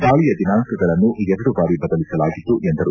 ದಾಳಿಯ ದಿನಾಂಕಗಳನ್ನು ಎರಡು ಬಾರಿ ಬದಲಿಸಲಾಗಿತ್ತು ಎಂದರು